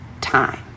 time